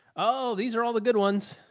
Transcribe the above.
oh, these are all the good ones.